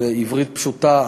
בעברית פשוטה,